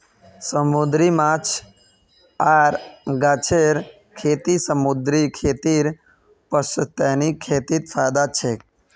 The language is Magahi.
समूंदरी माछ आर गाछेर खेती समूंदरी खेतीर पुश्तैनी खेतीत फयदा छेक